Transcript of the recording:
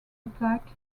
attack